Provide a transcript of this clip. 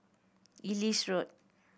Ellis Road